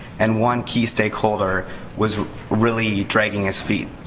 and one key stakeholder was really dragging his feet.